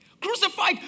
Crucified